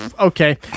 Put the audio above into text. Okay